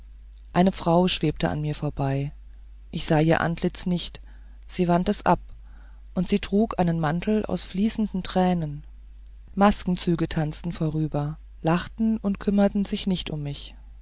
eine frau schwebte an mir vorbei ich sah ihr antlitz nicht sie wandte es ab und sie trug einen mantel aus fließenden tränen maskenzüge tanzten vorüber lachten und kümmerten sich nicht um mich